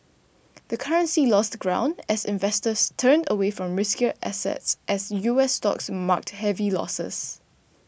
the currency lost ground as investors turned away from riskier assets as U S stocks marked heavy losses